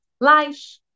life